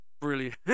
brilliant